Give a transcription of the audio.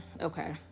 okay